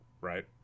right